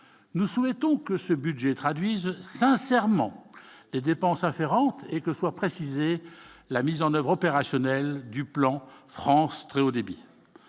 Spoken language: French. nous souhaitons que ce budget traduise sincèrement les dépenses afférentes et que soit précisée la mise en oeuvre opérationnelle du plan France très Haut débit